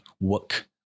work